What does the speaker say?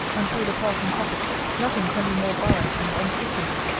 and through the park and coppice, nothing can be more bye and unfrequented.